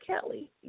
Kelly